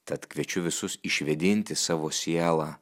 tad kviečiu visus išvėdinti savo sielą